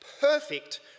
perfect